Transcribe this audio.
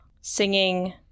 singing